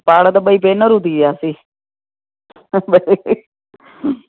पाण त ॿई भेनरूं थी वियासीं